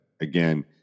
again